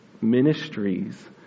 ministries